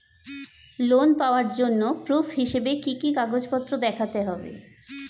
Loan পাওয়ার জন্য proof হিসেবে কি কি কাগজপত্র দেখাতে হবে?